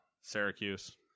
Syracuse